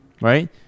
Right